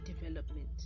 development